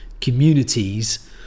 communities –